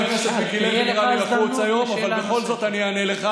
חבר הכנסת מיקי לוי נראה לי,